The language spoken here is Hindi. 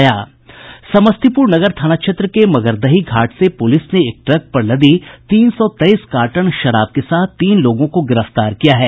समस्तीपुर नगर थाना क्षेत्र के मगरदही घाट से पुलिस ने ट्रक पर लदी तीन सौ तेईस कार्टन विदेशी शराब के साथ तीन लोगों को गिरफ्तार किया है